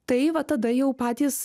tai vat tada jau patys